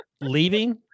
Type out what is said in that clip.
leaving